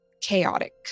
chaotic